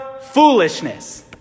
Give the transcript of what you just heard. foolishness